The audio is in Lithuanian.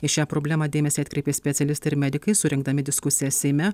į šią problemą dėmesį atkreipė specialistai ir medikai surengdami diskusiją seime